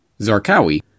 Zarqawi